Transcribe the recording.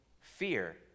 fear